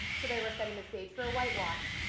so they were setting the stage for a whitewash.